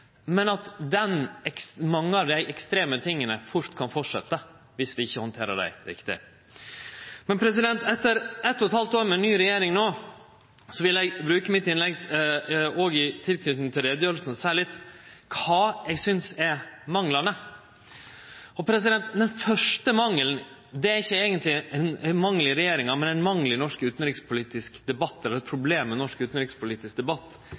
men at mykje av det ekstreme fort kan fortsetje dersom vi ikkje handterer det riktig. Etter eit og eit halvt år med ny regjering vil eg bruke dette innlegget mitt i tilknyting til utgreiinga til å seie litt om kva eg synest er manglane. Den første mangelen er eigentleg ikkje ein mangel i regjeringa, men ein mangel, eller eit problem, i norsk utanrikspolitisk debatt,